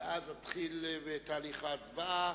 ואז אתחיל את תהליך ההצבעה.